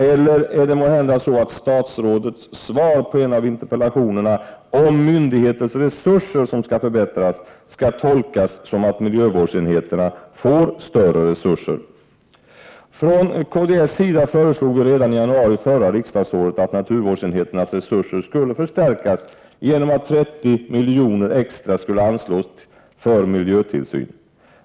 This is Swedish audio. Eller skall måhända statsrådets svar på en av interpellationerna om myndigheters resurser, som skall förbättras, tolkas så att miljövårdsenheterna får större resurser? Vi föreslog från kds redan i januari under föregående riksdagsår att naturvårdsenheternas resurser skulle förstärkas genom att 30 milj.kr. extra skulle anslås för miljötillsyn.